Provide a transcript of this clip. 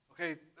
Okay